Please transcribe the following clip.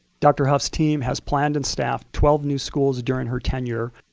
dr. hough's team has planned and staffed twelve new schools during her tenure,